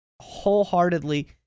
wholeheartedly